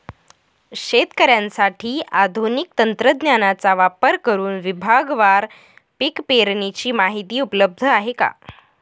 शेतकऱ्यांसाठी आधुनिक तंत्रज्ञानाचा वापर करुन विभागवार पीक पेरणीची माहिती उपलब्ध आहे का?